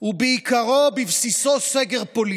הוא בעיקרו, בבסיסו, סגר פוליטי.